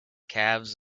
calves